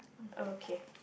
okay